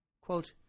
Quote